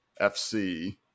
FC